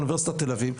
ואונ' תל אביב.